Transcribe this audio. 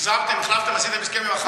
החזרתם, החלפתם, עשיתם הסכם עם ה"חמאס"?